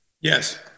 Yes